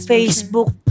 Facebook